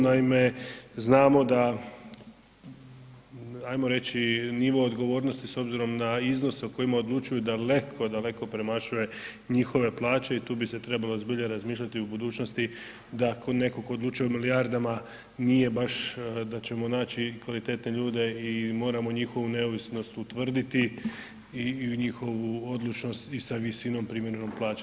Naime, znamo da ajmo reći nivo odgovornosti s obzirom da iznose o kojima odlučuju daleko, daleko premašuje njihove plaće i tu bi se trebalo zbilja razmisliti u budućnosti da ako netko tko odlučuje o milijardama nije baš da ćemo naći kvalitetne ljude i moramo njihovu neovisnost utvrditi i njihovu odlučnosti i sa visinom primanja plaće.